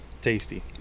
Tasty